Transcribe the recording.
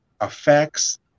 affects